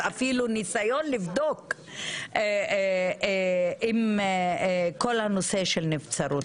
אפילו ניסיון לבדוק עם כל הנושא של נבצרות.